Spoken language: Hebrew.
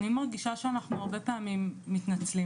אני מרגישה שאנחנו הרבה פעמים מתנצלים